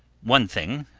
one thing,